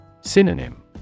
Synonym